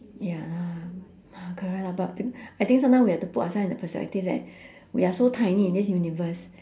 ya lah correct lah but I thi~ I think sometimes we have to put ourselves in perspective that we are so tiny in this universe